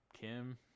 Kim